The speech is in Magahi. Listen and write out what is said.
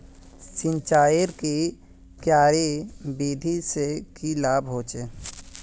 सिंचाईर की क्यारी विधि से की लाभ होचे?